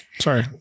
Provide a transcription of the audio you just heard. Sorry